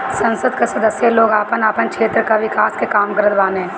संसद कअ सदस्य लोग आपन आपन क्षेत्र कअ विकास के काम करत बाने